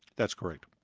that's correct,